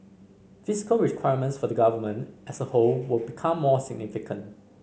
fiscal requirements for the Government as a whole will become more significant